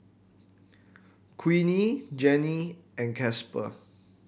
Queenie Janey and Casper